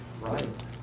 right